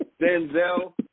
Denzel